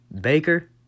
Baker